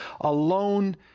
alone